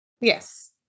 Yes